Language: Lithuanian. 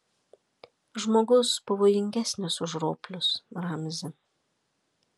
žmogus pavojingesnis už roplius ramzi